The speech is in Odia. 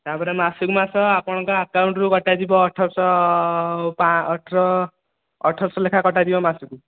ତା'ପରେ ମାସକୁ ମାସ ଆପଣଙ୍କ ଆକାଉଣ୍ଟ୍ରୁ କଟାଯିବ ଅଠରଶହ ଅଠର ଅଠରଶହ ଲେଖା କଟାଯିବ ମାସକୁ